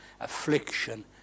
affliction